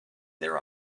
there